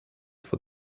for